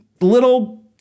little